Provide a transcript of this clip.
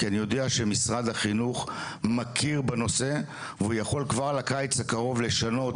כי אני יודע שמשרד החינוך מכיר בנושא ויכול כבר לקיץ הקרוב לשנות.